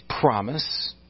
promise